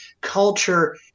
culture